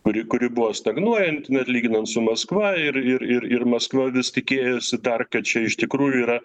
kuri kuri buvo stagnuojanti na ir lyginant su maskva ir ir maskva vis tikėjosi dar kad čia iš tikrųjų yra